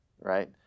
Right